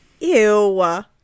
Ew